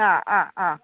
ആ ആ ആ